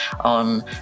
on